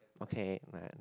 okay man